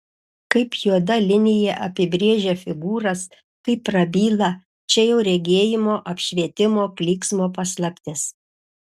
kaip juoda linija apibrėžia figūras kaip prabyla čia jau regėjimo apšvietimo klyksmo paslaptis